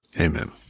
Amen